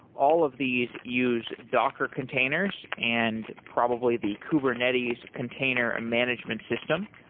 all of these use docker containers and probably the kubernetes container ah management system.